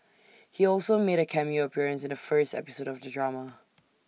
he also made A cameo appearance in the first episode of the drama